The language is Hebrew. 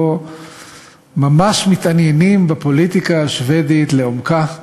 לא ממש מתעניינים בפוליטיקה השבדית לעומקה.